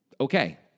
Okay